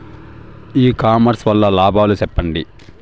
ఇ commerce వల్ల లాభాలు సెప్పండి?